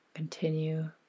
Continue